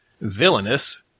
Villainous